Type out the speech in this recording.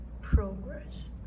progress